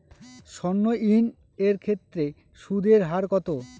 সর্ণ ঋণ এর ক্ষেত্রে সুদ এর হার কত?